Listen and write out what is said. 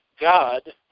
God